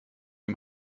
ihm